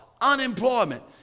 unemployment